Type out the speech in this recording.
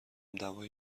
دوای